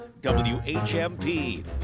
WHMP